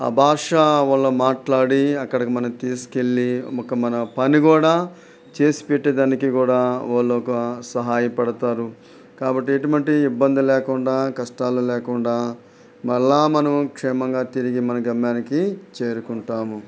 ఆ భాష వాళ్ళు మాట్లాడి అక్కడికి మనల్ని తీసుకెళ్ళి ఒక మన పని కూడా చేసి పెట్టడానికి కూడా వాళ్ళు ఒక సహాయపడతారు కాబట్టి ఎటువంటి ఇబ్బంది లేకుండా కష్టాలు లేకుండా మళ్ళీ మనం క్షేమంగా తిరిగి మన గమ్యానికి చేరుకుంటాము